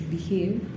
Behave